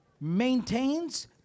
maintains